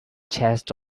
chest